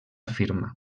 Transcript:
firma